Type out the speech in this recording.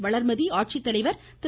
வளர்மதி ஆட்சித்தலைவர் திரு